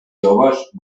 joves